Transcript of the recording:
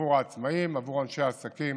עבור העצמאים, עבור אנשי העסקים